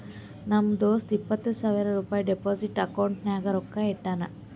ನಮ್ ದೋಸ್ತ ಇಪ್ಪತ್ ಸಾವಿರ ರುಪಾಯಿ ಡೆಪೋಸಿಟ್ ಅಕೌಂಟ್ನಾಗ್ ರೊಕ್ಕಾ ಇಟ್ಟಾನ್